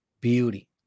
beauty